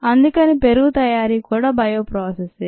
అందుకని పెరుగు తయారీ కూడా బయో ప్రాసెస్ ే